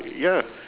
ya